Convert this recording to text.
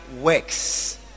works